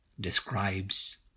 describes